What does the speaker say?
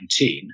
2019